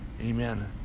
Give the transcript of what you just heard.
Amen